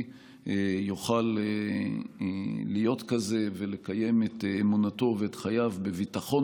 יוכל להיות כזה ולקיים את אמונתו ואת חייו בביטחון